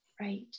right